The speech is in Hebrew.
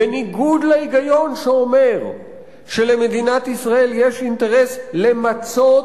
בניגוד להיגיון שאומר שלמדינת ישראל יש אינטרס למצות